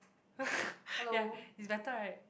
ya it's better right